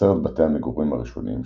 עשרת בתי המגורים הראשונים,